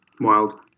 Wild